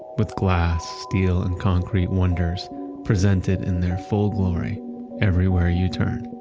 with glass, steel, and concrete wonders presented in their full glory everywhere you turn.